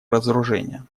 разоружения